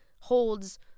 holds